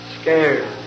scared